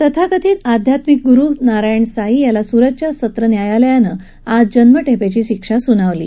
तथाकथित आध्यात्मिक गुरु नारायण साई याला सुरतच्या सत्र न्यायालयानं आज जन्मठेपेची शिक्षा सुनावली आहे